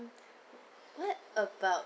what about